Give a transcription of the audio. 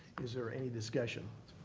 is there any discussion?